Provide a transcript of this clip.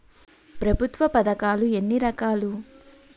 ప్రభుత్వ పథకాలు ఎన్ని రకాలు?